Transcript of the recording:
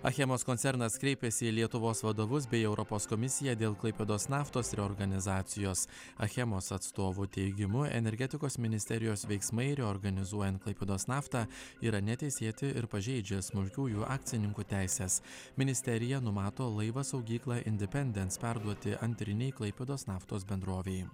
achemos koncernas kreipėsi į lietuvos vadovus bei europos komisiją dėl klaipėdos naftos reorganizacijos achemos atstovų teigimu energetikos ministerijos veiksmai reorganizuojant klaipėdos naftą yra neteisėti ir pažeidžia smulkiųjų akcininkų teises ministerija numato laivą saugyklą independent perduoti antrinei klaipėdos naftos bendrovei